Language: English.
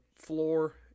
floor